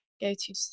go-to